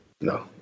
No